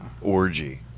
Orgy